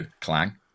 clang